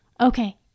Okay